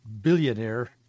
billionaire